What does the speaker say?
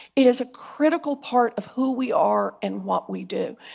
it is a critical part of who we are and what we do.